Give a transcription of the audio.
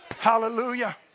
Hallelujah